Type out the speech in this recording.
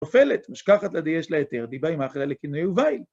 תופלת, משכחת לדייש לאתר, דיבה עם האחלה לקנאי וויל.